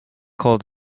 called